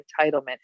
entitlement